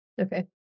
okay